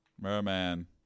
Merman